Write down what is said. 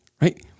right